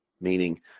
meaning